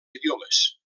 idiomes